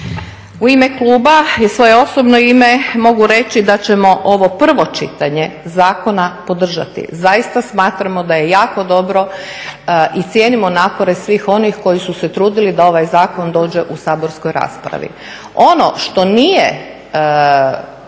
U ime kluba i svoje osobno ime mogu reći da ćemo ovo prvo čitanje zakona podržati. Zaista smatramo da je jako dobro i cijenimo napore svih onih koji su se trudili da ovaj zakon dođe u saborskoj raspravi. Ono što nije,